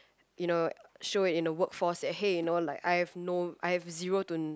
you know show it in a work force that hey you know like I have no I have zero to